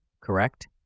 correct